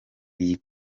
iyi